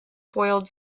foiled